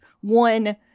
one